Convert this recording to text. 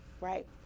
right